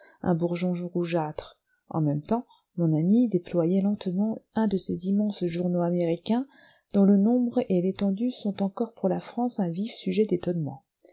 un bourgeon rougeâtre en même temps mon ami déployait lentement un de ces immenses journaux américains dont le nombre et l'étendue sont encore pour la france un vif sujet d'étonnement